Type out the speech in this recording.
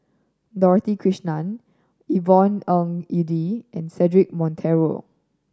Dorothy Krishnan Yvonne Ng Uhde and Cedric Monteiro